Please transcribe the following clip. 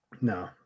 No